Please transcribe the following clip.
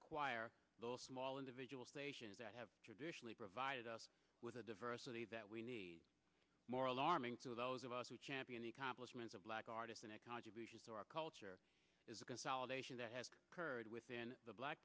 acquire those small individual stations that have traditionally provided us with a diversity that we need more alarming to those of us who champion the complements of black artists and ecology so our culture is a consolidation that has occurred within the black